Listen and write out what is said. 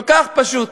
כל כך פשוט.